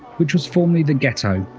which was formerly the ghetto.